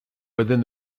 within